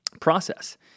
process